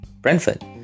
Brentford